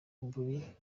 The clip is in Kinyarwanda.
buri